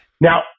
Now